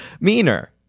Meaner